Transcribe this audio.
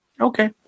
Okay